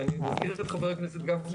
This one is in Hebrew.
ואני מכיר את חבר הכנסת גפני,